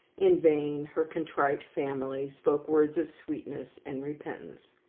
in vain her contrite family spoke words of sweetness and repentance.